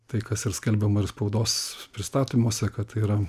tai kas ir skelbiama ir spaudos pristatymuose kad tai yra